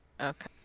Okay